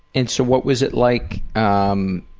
and so what was it like, um